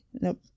nope